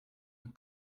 and